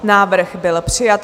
Návrh byl přijat.